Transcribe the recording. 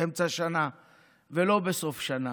באמצע השנה ולא בסוף השנה.